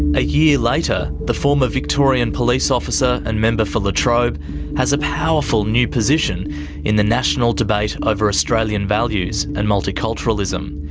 a year later, the former victorian police officer and member for la trobe has a powerful new position in the national debate over australian values and multiculturalism.